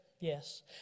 Yes